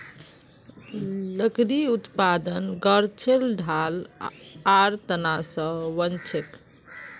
लकड़ी उत्पादन गाछेर ठाल आर तना स बनछेक